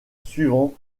suivant